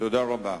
תודה רבה.